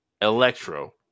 electro-